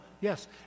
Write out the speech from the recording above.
yes